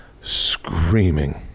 screaming